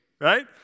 right